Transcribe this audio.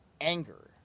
anger